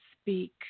speak